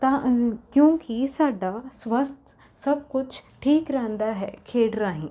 ਤਾਂ ਕਿਉਂਕਿ ਸਾਡਾ ਸਵੱਸਥ ਸਭ ਕੁਝ ਠੀਕ ਰਹਿੰਦਾ ਹੈ ਖੇਡ ਰਾਹੀਂ